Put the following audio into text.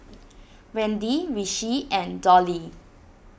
Randy Rishi and Dolly